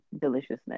deliciousness